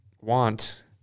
want